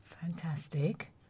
Fantastic